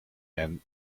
and